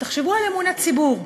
תחשבו על אמון הציבור,